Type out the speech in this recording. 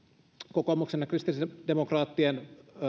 kokoomuksen ja kristillisdemokraattien